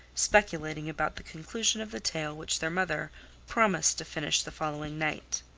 speculating about the conclusion of the tale which their mother promised to finish the following night.